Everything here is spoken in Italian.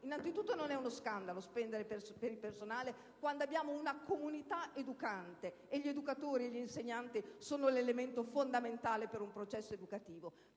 Innanzitutto, non è uno scandalo spendere per il personale, quando abbiamo una comunità educante: e gli educatori e gli insegnanti sono l'elemento fondamentale per un processo educativo.